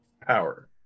power